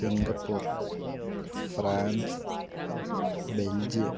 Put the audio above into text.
Singapore France Belgium